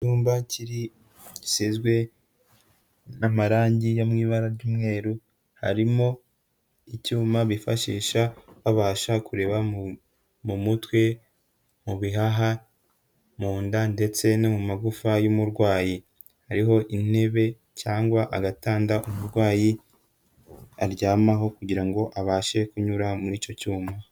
Icyumba gisizwe n'amarangi yo mu ibara ry'umweru, hariho icyuma bifashisha babasha kureba mu mutwe, mu bihaha, mu nda, ndetse no mu magufa y'umurwayi. Hariho intebe cyangwa agatanda umurwayi aryamaho, kugira ngo abashe kunyura muri icyo cyuma.